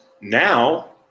now